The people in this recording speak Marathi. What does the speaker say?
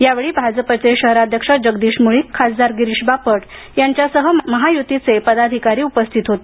या वेळी भाजपचे शहराध्यक्ष जगदीश मृळीक खासदार गिरीश बापट यांच्यासह महायुतीचे पदाधिकारी उपस्थित होते